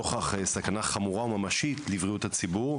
נוכח סכנה חמורה וממשית לבריאות הציבור.